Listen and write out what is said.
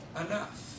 enough